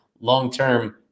long-term